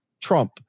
Trump